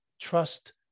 trust